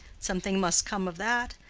something must come of that.